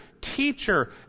teacher